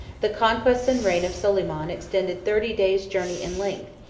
the conquests and reign of soliman extended thirty days' journey in length,